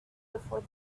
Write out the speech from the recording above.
before